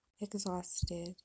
exhausted